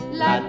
la